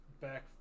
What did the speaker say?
back